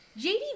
JD